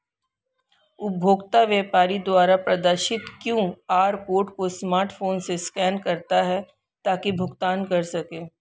उपभोक्ता व्यापारी द्वारा प्रदर्शित क्यू.आर कोड को स्मार्टफोन से स्कैन करता है ताकि भुगतान कर सकें